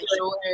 shoulder